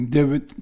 David